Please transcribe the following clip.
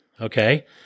okay